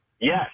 Yes